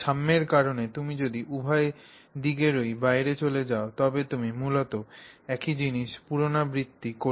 সাম্যের কারণে তুমি যদি উভয় দিকেরই বাইরে চলে যাও তবে তুমি মূলত একই জিনিস পুনরাবৃত্তি করছ